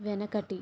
వెనకటి